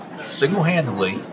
Single-handedly